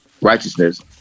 righteousness